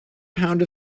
pound